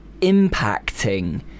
impacting